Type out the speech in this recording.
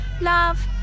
Love